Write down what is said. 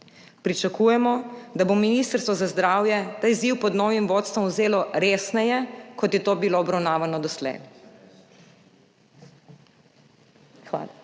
Pričakujemo, da bo Ministrstvo za zdravje ta izziv pod novim vodstvom vzelo resneje, kot je to bilo obravnavano doslej.